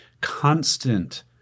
constant